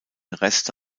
reste